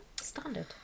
Standard